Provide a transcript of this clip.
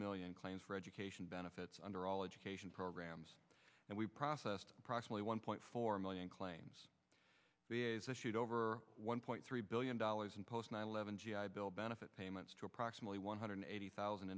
million claims for education benefits under all education programs and we processed approximately one point four million claims shoot over one point three billion dollars in post nine eleven g i bill benefits payments to approximately one hundred eighty thousand